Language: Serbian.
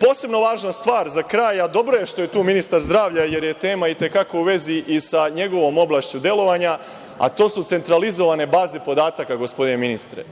posebno važna stvar za kraj, a dobro je što je tu ministar zdravlja, jer je tema i te kako u vezi i sa njegovom oblašću delovanja, a to su centralizovane baze podataka gospodine ministre.